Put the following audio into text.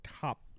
top